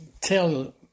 tell